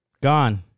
gone